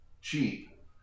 cheap